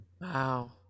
Wow